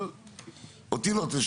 אבל אותי לא,